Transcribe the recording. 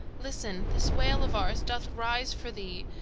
listen, this wail of ours doth rise for thee,